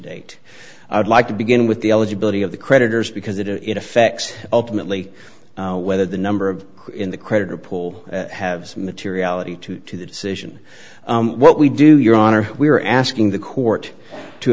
date i'd like to begin with the eligibility of the creditors because it effects ultimately whether the number of in the creditor pool have materiality to two decision what we do your honor we are asking the court to